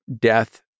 death